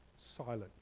silent